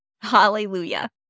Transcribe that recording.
Hallelujah